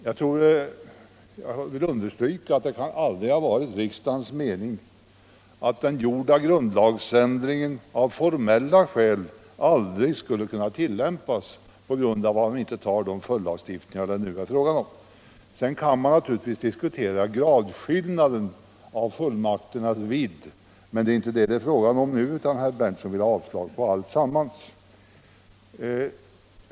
Jag vill betona att det inte kan ha varit riksdagens mening att den gjorda grundlagsändringen av formella skäl aldrig skulle kunna tilllämpas. Vi måste acceptera de följdlagstiftningar som det nu är fråga om. Sedan kan man naturligtvis diskutera gradskillnaden beträffande fullmakternas vidd, men det är inte detta som det nu gäller, utan herr Berndtson yrkar avslag på alltsammans.